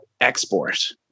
export